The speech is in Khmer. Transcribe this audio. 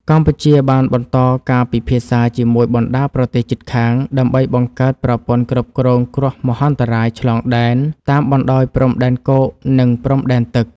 កម្ពុជាបានបន្តការពិភាក្សាជាមួយបណ្តាប្រទេសជិតខាង ដើម្បីបង្កើតប្រព័ន្ធគ្រប់គ្រងគ្រោះមហន្តរាយឆ្លងដែន តាមបណ្តោយព្រំដែនគោក និងព្រំដែនទឹក។